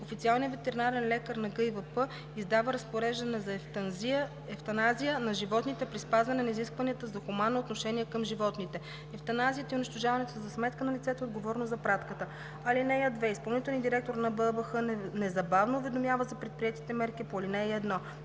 официалният ветеринарен лекар на ГИВП издава разпореждане за евтаназия на животните при спазване на изискванията за хуманно отношение към животните. Евтаназията и унищожаването са за сметка на лицето, отговорно за пратката. (2) Изпълнителният директор на БАБХ незабавно уведомява за предприетите мерки по ал. 1: 1.